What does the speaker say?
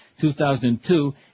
2002